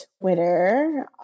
twitter